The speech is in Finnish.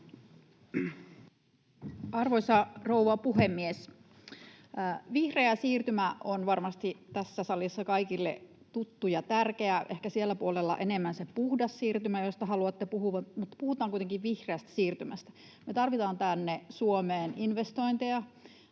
Arvoisa rouva puhemies! Vihreä siirtymä on tässä salissa varmasti kaikille tuttu ja tärkeä — ehkä sillä puolella se on enemmän ”puhdas siirtymä”, mistä haluatte puhua, mutta puhutaan nyt kuitenkin ”vihreästä siirtymästä”. Me tarvitaan tänne Suomeen investointeja,